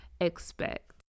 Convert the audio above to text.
expect